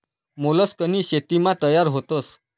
मोलस्कनी शेतीमा तयार व्हतस